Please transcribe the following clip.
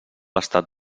estat